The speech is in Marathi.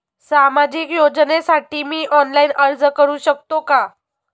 सामाजिक योजनेसाठी मी ऑनलाइन अर्ज करू शकतो का?